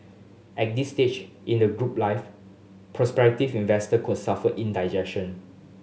at this stage in the group life prospective investor could suffer indigestion